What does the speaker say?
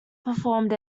performed